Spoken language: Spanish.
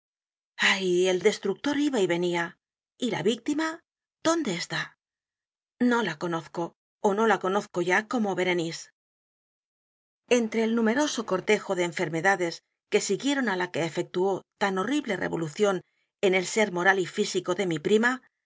ay el destructor iba y venía y la víctima dónde está no la conozco ó no la conozco ya como berenice e n t r e el numeroso cortejo de enfermedades que siguieron á la que efectuó tan horrible revolución en el ser moral y físico de mi prima